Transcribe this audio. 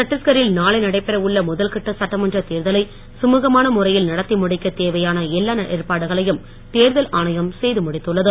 சட்டீஸ்கரில் நாளை நடைபெற உள்ள முதல்கட்ட சட்டமன்ற தேர்தலை சுமுகமான முறையில் நடத்தி முடிக்கத் தேவையான எல்லா ஏற்பாடுகளையும் தேர்தல் ஆணையம் செய்து முடித்துள்ளது